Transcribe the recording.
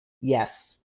Yes